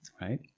right